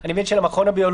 אני מבין של המכון הביולוגי.